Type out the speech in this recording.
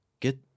get